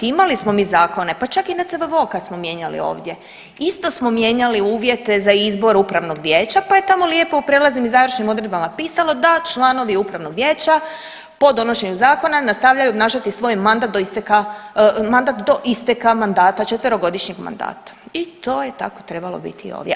Imali smo mi zakone pa čak i NCVVO kad smo mijenjali ovdje isto smo mijenjali uvjete za izbor upravnog vijeća pa je tamo lijepo u prijelaznim i završnim odredbama pisalo da članovi upravnog vijeća po donošenju zakona nastavljaju obnašati svoj mandat do isteka mandat do isteka mandata četverogodišnjeg mandata i to je tako trebalo biti i ovdje.